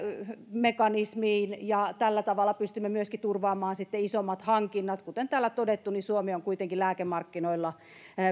ja tällä tavalla pystymme myöskin turvaamaan isommat hankinnat kuten täällä on todettu niin suomi on kuitenkin lääkemarkkinoilla